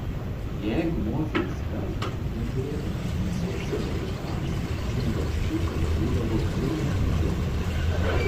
jeigu moterys verkdavo neturėdamos mėsos savo vaikams čingačgukas būdavo pirmas medžioklėje